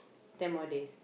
ten more days